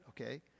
okay